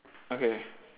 okay